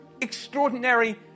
extraordinary